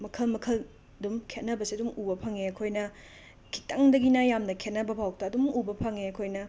ꯃꯈꯜ ꯃꯈꯜ ꯑꯗꯨꯝ ꯈꯦꯠꯅꯕꯁꯦ ꯑꯗꯨꯝ ꯎꯕ ꯐꯪꯉꯦ ꯑꯩꯈꯣꯏꯅ ꯈꯤꯇꯪꯗꯒꯤꯅ ꯌꯥꯝꯅ ꯈꯦꯠꯅꯕ ꯕꯥꯎꯇ ꯑꯗꯨꯝ ꯎꯕ ꯐꯪꯉꯦ ꯑꯩꯈꯣꯏꯅ